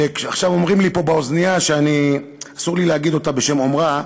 שעכשיו אומרים לי פה באוזנייה שאסור לי להגיד אותה בשם אומרה,